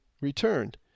returned